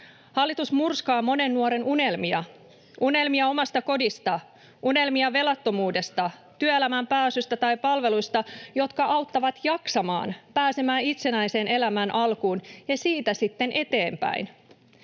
Hallitus murskaa monen nuoren unelmia: unelmia omasta kodista, unelmia velattomuudesta, työelämään pääsystä tai palveluista, jotka auttavat jaksamaan, pääsemään itsenäisen elämän alkuun ja siitä sitten eteenpäin.